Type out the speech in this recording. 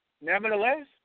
Nevertheless